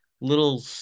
little